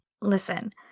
Listen